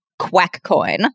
QuackCoin